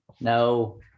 no